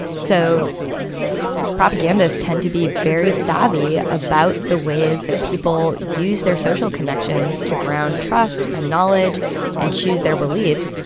so propagandists tend to be very savvy about the ways that people use their social connections to ground trust and knowledge and choose their beliefs.